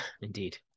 indeed